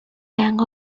bank